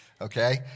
Okay